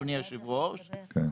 אדוני היושב-ראש,